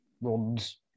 runs